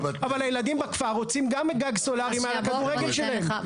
אבל הילדים בכפר רוצים גם גג סולארי מעל המגרש שלהם.